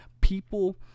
people